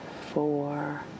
Four